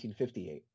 1958